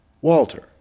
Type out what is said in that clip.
Walter